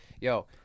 Yo